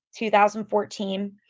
2014